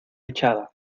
echada